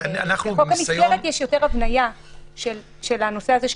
בחוק המסגרת יש יותר הבניה של הנושא הזה.